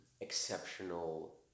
exceptional